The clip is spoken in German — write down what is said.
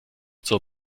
zur